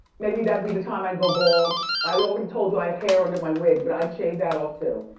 maybe that'd be the time i'd go bald. i already told you i have hair under my wig, but i'd shave that off too.